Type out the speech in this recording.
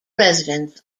residents